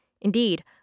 Indeed